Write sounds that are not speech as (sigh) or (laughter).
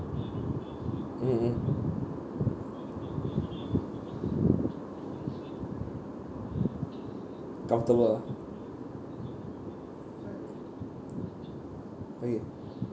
mm mm comfortable ah okay (breath)